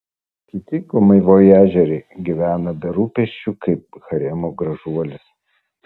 kiti komivojažieriai gyvena be rūpesčių kaip haremo gražuolės